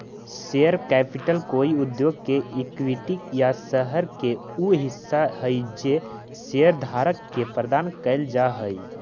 share capital कोई उद्योग के इक्विटी या शहर के उ हिस्सा हई जे शेयरधारक के प्रदान कैल जा हई